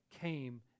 came